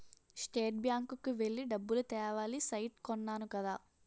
state bank కి వెళ్లి డబ్బులు తేవాలి సైట్ కొన్నాను కదా